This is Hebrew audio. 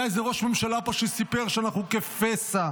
היה איזה ראש ממשלה פה שסיפר שאנחנו כפסע.